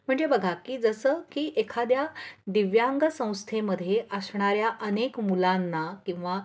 म्हणजे बघा की जसं की एखाद्या दिव्यांग संस्थेमध्ये असणाऱ्या अनेक मुलांना किंवा